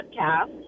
podcast